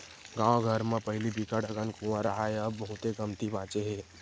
गाँव घर म पहिली बिकट अकन कुँआ राहय अब बहुते कमती बाचे हे